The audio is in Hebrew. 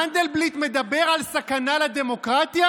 מנדלבליט מדבר על סכנה לדמוקרטיה?